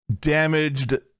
damaged